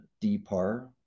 D-par